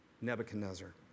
Nebuchadnezzar